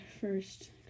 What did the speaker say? first